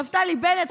נפתלי בנט,